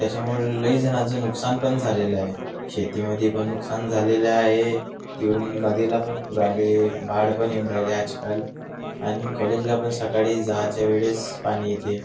त्याच्यामुळे लई जणाचं नुकसान पण झालेलं आहे शेतीमध्ये पण नुकसान झालेलं आहे तिकडून नदीला पण पूर आले बाढ पण येऊन राहिले आजकाल आणि कॉलेजला पण सकाळी जायच्या वेळेस पाणी येते